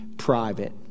private